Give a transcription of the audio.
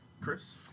chris